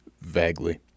vaguely